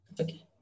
Okay